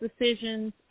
decisions